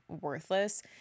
worthless